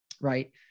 Right